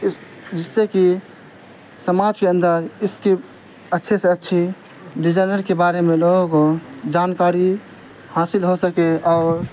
اس جس سے کہ سماج کے اندر اس کی اچھے سے اچھی ڈیجائنر کے بارے میں لوگوں کو جانکاری حاصل ہو سکے اور